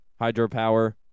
Hydropower